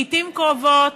לעתים קרובות,